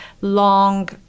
long